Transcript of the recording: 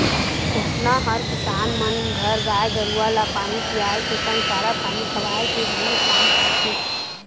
कोटना हर किसान मन घर गाय गरुवा ल पानी पियाए के संग चारा पानी खवाए के घलोक काम आथे